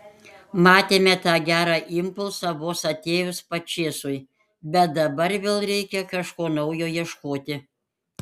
matėme tą gerą impulsą vos atėjus pačėsui bet dabar vėl reikia kažko naujo ieškoti